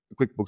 QuickBooks